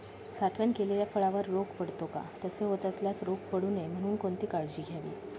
साठवण केलेल्या फळावर रोग पडतो का? तसे होत असल्यास रोग पडू नये म्हणून कोणती काळजी घ्यावी?